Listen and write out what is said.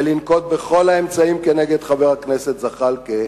ולנקוט את כל האמצעים נגד חבר הכנסת זחאלקה,